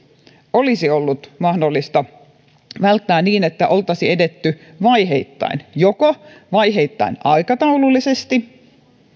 olisi ollut mahdollista välttää niin että oltaisiin edetty vaiheittain joko vaiheittain aikataulullisesti